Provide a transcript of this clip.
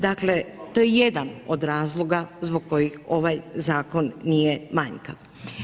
Dakle to je jedan od razloga zbog kojih ovaj zakon nije manjkav.